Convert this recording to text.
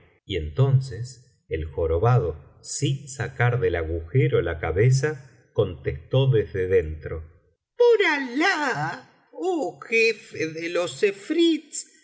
y entonces el jorobado sin sacar del agujero la cabeza contestó desde dentro por alah oh jefe de los